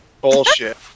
bullshit